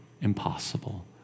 impossible